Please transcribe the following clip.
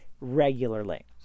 regularly